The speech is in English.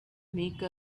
make